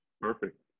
Perfect